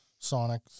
Sonic